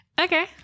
Okay